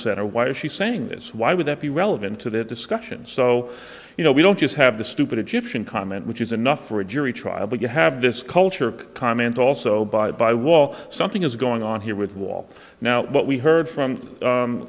center why is she saying this why would that be relevant to the discussion so you know we don't just have the stupid egyptian comment which is enough for a jury trial but you have this culture of comment also by the by wall something is going on here with wall now what we heard from